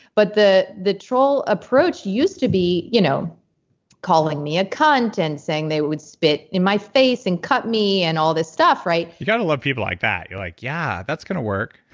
but the the troll approach used to be you know calling me a cunt, and saying they would spit in my face, and cut me, and all this stuff you got to love people like that. you're like, yeah, that's going to work.